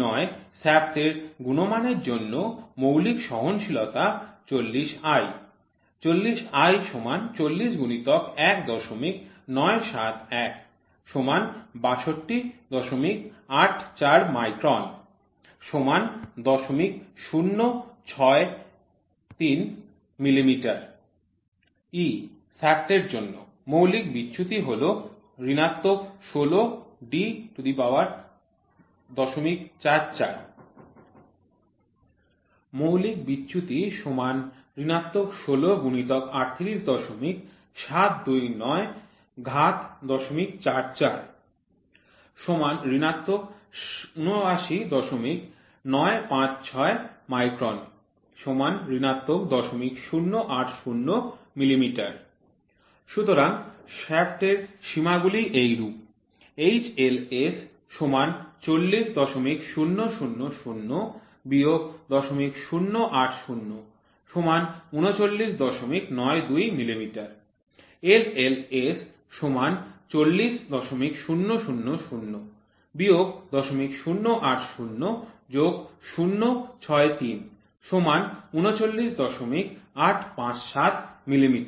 d9 শ্য়াফ্টের গুণমানের জন্য মৌলিক সহনশীলতা ৪০i ৪০i ৪০×১৯৭১ ৬২৮৪ মাইক্রন ০০৬৩ মিমি শ্য়াফ্টের জন্য মৌলিক বিচ্যুতিটি হল −১৬ D০৪৪ মৌলিক বিচ্যুতি −১৬৩৮৭২৯০৪৪ −¿ ৭৯৯৫৬ মাইক্রন −¿ ০০৮০ মিমি সুতরাং শ্য়াফ্টের সীমা গুলি এইরূপ HLS ৪০০০০ - ০০৮০ ৩৯৯২ মিমি LLS ৪০০০০ - ০০৮০ ০০৬৩ ৩৯৮৫৭ মিমি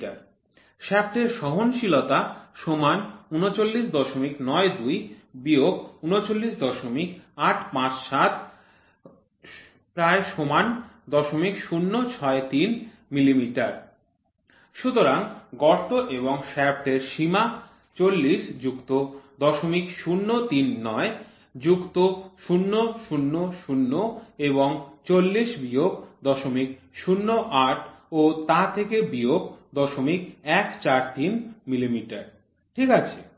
শ্য়াফ্টের সহনশীলতা ৩৯৯২ - ৩৯৮৫৭ ≈ ০০৬৩ মিমি সুতরাং গর্ত এবং শ্য়াফ্টের সীমা ৪০ যুক্ত ০০৩৯ যুক্ত ০০০ এবং ৪০ বিয়োগ ০০৮০ ও তা থেকে বিয়োগ ০১৪৩ মিলিমিটার ঠিক আছে